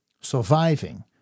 surviving